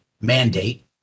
mandate